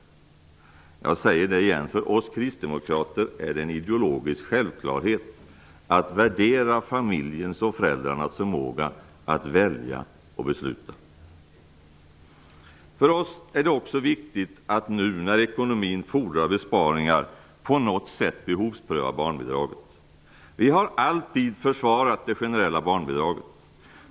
Jag säger det igen: För oss kristdemokrater är det en ideologisk självklarhet att värdera familjens och föräldrarnas förmåga att välja och besluta. För oss är det också viktigt att nu, när ekonomin fordrar besparingar, på något sätt behovspröva barnbidraget. Vi har alltid försvarat det generella barnbidraget.